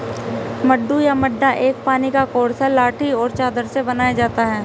मड्डू या मड्डा एक पानी का कोर्स है लाठी और चादर से बनाया जाता है